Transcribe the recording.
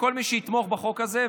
לכל מי שיתמוך בחוק הזה,